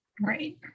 right